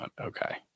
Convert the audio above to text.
Okay